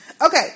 Okay